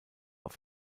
auf